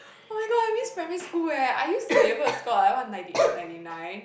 oh my god I miss primary school eh I used to be able to score what ninety eight ninty nine